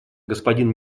господин